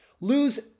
Lose